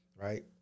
right